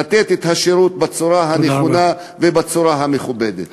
לתת את השירות בצורה הנכונה ובצורה המכובדת.